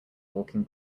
walking